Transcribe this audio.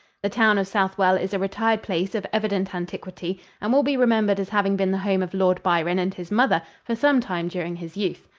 the town of southwell is a retired place of evident antiquity and will be remembered as having been the home of lord byron and his mother for some time during his youth.